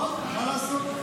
טוב, מה לעשות?